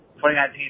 2019